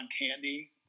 Candy